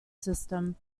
system